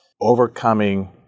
overcoming